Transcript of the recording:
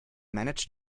manage